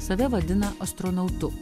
save vadina astronautu